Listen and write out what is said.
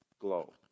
glow